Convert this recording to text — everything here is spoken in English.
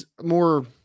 more